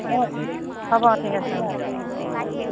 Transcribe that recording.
অ' হ'ব ঠিক আছে অঁ